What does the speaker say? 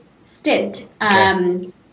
stint